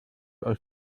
aus